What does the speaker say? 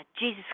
Jesus